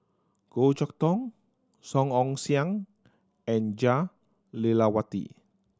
Goh Chok Tong Song Ong Siang and Jah Lelawati